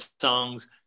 songs